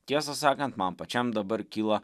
tiesą sakant man pačiam dabar kyla